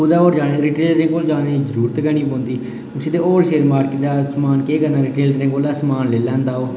कुतै होर जाने दी रिटेलरें कोल जाने दी जरूरत गै नेईं पौंदी उस्सी ते होल सेल मार्कट दा समान केह् करना रिटेलरें कोला समान लेई लैंदा ओह् ठीक ऐ निं